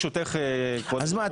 אז מה,